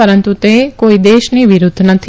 પરંતુ તે કોઈ દેશની વિરૃધ્ધ નથી